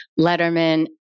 Letterman